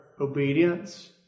obedience